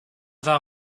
vin